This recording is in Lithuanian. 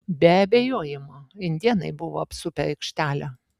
be abejojimo indėnai buvo apsupę aikštelę